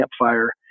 campfire